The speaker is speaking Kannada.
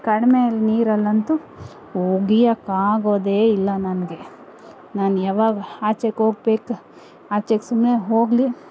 ಕಡಿಮೆ ನೀರಲ್ಲಂತೂ ಒಗಿಯೋಕ್ಕೆ ಆಗೋದೇ ಇಲ್ಲ ನನಗೆ ನಾನು ಯಾವಾಗ ಆಚೆಗೋಗ್ಬೇಕು ಆಚೆಗೆ ಸುಮ್ನೆ ಹೋಗಲಿ